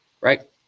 right